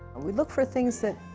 we look for things that